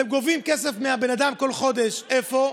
אתם גובים כסף מהבן אדם כל חודש, איפה?